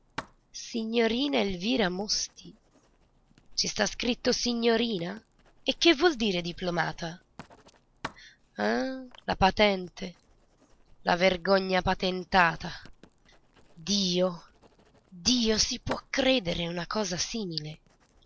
signorina elvira mosti ci sta scritto signorina e che vuol dire diplomata ah la patente la vergogna patentata dio dio si può credere una cosa simile